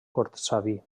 cortsaví